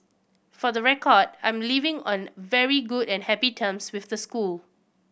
for the record I'm leaving on very good and happy terms with the school